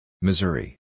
Missouri